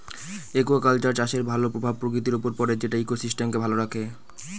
aquaculture চাষের ভালো প্রভাব প্রকৃতির উপর পড়ে যেটা ইকোসিস্টেমকে ভালো রাখে